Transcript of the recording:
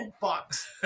bucks